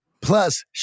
Plus